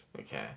Okay